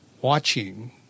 watching